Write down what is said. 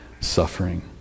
suffering